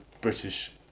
British